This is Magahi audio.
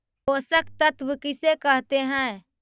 पोषक तत्त्व किसे कहते हैं?